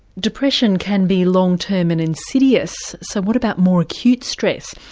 depression can be long-term and insidious, so what about more acute stress?